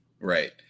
right